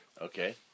Okay